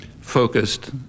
focused